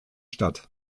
stadt